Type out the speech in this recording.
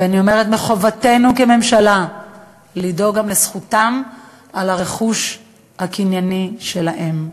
ואני אומרת שמחובתנו כממשלה לדאוג גם לזכותם על הרכוש הקנייני שלהם,